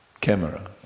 Camera